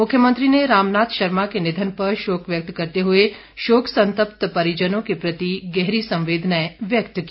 मुख्यमंत्री ने रामनाथ शर्मा के निधन पर शोक व्यक्त करते हुए शोक संतप्त परिजनों के प्रति गहरी संवेदना व्यक्त की